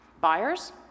Buyers